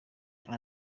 yang